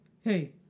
hey